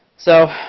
so